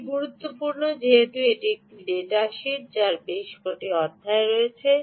এটি গুরুত্বপূর্ণ যেহেতু এটি একটি ডেটা শীট যার বেশ কয়েকটি অধ্যায় রয়েছে